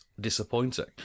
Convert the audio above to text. disappointing